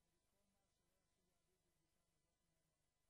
קל להבין כי מניעים